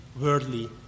worldly